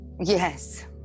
Yes